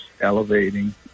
elevating